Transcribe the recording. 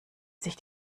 sich